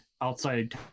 outside